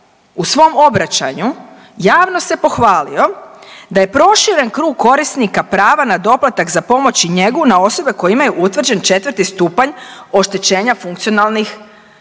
u svom obraćanju javno se pohvalio da je proširen krug korisnika prava na doplatak za pomoć i njegu na osobe koje imaju utvrđen 4. stupanj oštećenja funkcionalnih sposobnosti.